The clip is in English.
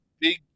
big